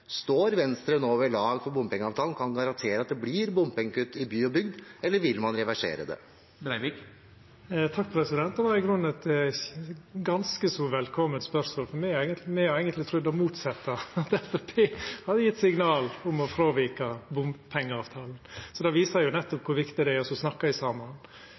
Står bompengeavtalen ved lag for Venstre? Kan de garantere at det blir bompengekutt i by og bygd, eller vil man reversere den? Det var i grunnen eit ganske så velkome spørsmål, for me har eigentleg trudd det motsette, at Framstegspartiet hadde gjeve signal om å fråvika bompengeavtalen. Det viser nettopp kor viktig det er